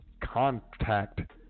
contact